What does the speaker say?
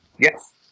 Yes